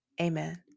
amen